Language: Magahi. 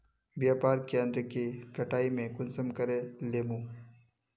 व्यापार केन्द्र के कटाई में कुंसम करे लेमु?